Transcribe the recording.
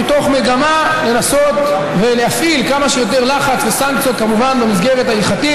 מתוך מגמה לנסות ולהפעיל כמה שיותר לחץ וסנקציות כמובן במסגרת ההלכתית,